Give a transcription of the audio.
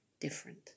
different